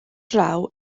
draw